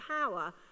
power